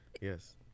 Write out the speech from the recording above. Yes